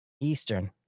Eastern